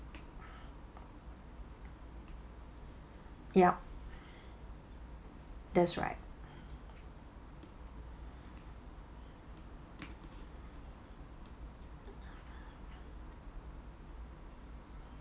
yup that's right